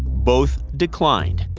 both declined,